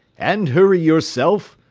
and hurry yourself!